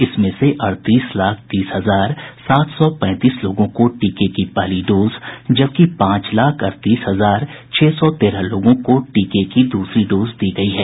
इसमें से अड़तीस लाख तीस हजार सात सौ पैंतीस लोगों को टीके की पहली डोज जबकि पांच लाख अड़तीस हजार छह सौ तेरह लोगों को टीके की दूसरी डोज दी गयी है